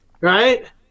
Right